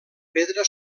pedra